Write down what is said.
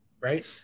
Right